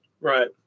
right